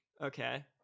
Okay